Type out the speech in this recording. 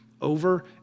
Over